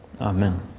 Amen